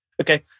okay